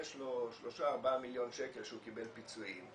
יש לו שלושה או ארבעה מיליון שקל שהוא קיבל פיצויים,